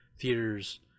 Theaters